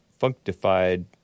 functified